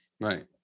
right